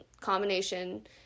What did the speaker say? combination